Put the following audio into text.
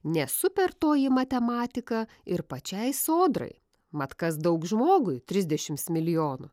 ne super toji matematika ir pačiai sodrai mat kas daug žmogui trisdešims milijonų